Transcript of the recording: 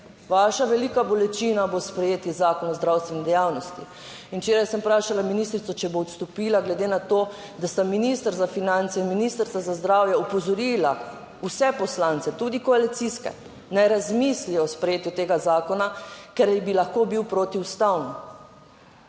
vaša velika bolečina bo sprejeti Zakon o zdravstveni dejavnosti. In včeraj sem vprašala ministrico, če bo odstopila, glede na to, da sta minister za finance in ministrica za zdravje opozorila vse poslance, tudi koalicijske, naj razmislijo o sprejetju tega zakona, ker bi lahko bil protiustaven.